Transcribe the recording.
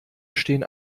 stehen